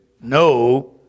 no